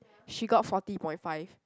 she got forty point five